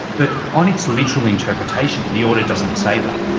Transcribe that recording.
but on its literal interpretation the order doesn't say that.